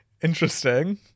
interesting